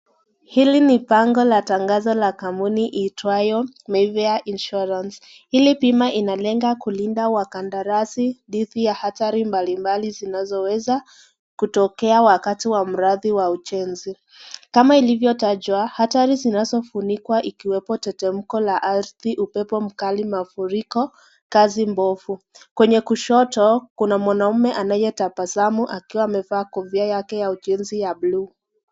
Hili ni bango la tangazo la kampuni iitwayo Mayfair Insurance. Hili bima inalenga kulinda wakandarasi dhidi ya hatari mbalimbali zinazo weza kutokea wakati wa mradi wa ujenzi. Kama ilivyotajwa, hatari zinazofunikwa zikiwa tetemeko la ardhi, upepo mkali, mafuriko, kazi mbovu. Kwenye kushoto kuna mwanaume anayetabasamu akiwa amevaa kofia yake ya ujenzi ya bluu.